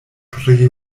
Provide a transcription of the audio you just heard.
pri